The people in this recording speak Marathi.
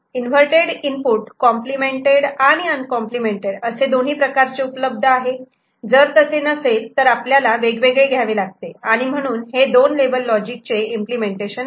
इन्व्हरर्तेड इनपुट कॉम्प्लिमेंटेड आणि अनकॉम्प्लिमेंटेड असे दोन्ही प्रकारचे उपलब्ध आहे जर तसे नसेल तर आपल्याला वेगवेगळे घ्यावे लागते आणि म्हणून हे दोन लेवल लॉजिक चे इम्पलेमेंटेशन आहे